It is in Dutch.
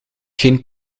geen